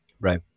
Right